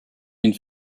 d’une